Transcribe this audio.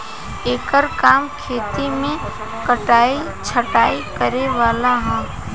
एकर काम खेत मे कटाइ छटाइ करे वाला ह